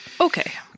Okay